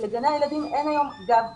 שלגני הילדים אין היום גב כלכלי.